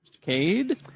Cade